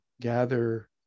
gather